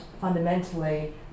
fundamentally